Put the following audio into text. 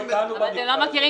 לא,